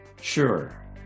Sure